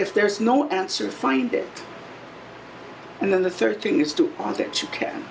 if there is no answer find it and then the third thing is to contact you can